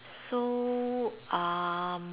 so uh